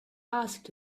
asked